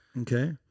Okay